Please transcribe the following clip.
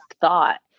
thought